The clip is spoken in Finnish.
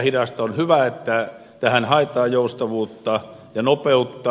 on hyvä että tähän haetaan joustavuutta ja nopeutta